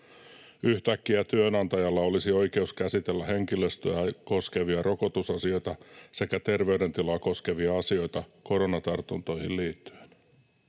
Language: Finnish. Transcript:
Yhtäkkiä työnantajalla olisi oikeus käsitellä henkilöstöä koskevia rokotusasioita sekä terveydentilaa koskevia asioita koronatartuntoihin liittyen.